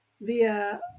via